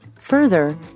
Further